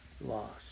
Lost